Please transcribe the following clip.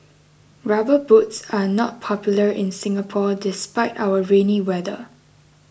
rubber boots are not popular in Singapore despite our rainy weather